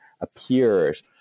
appears